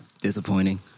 Disappointing